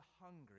hungry